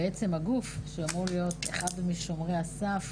בעצם הגוף שאמור להיות אחד משומרי הסף